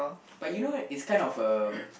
but you know it's kind of um